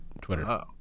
twitter